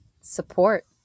support